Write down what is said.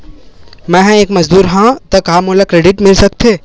मैं ह एक मजदूर हंव त का मोला क्रेडिट मिल सकथे?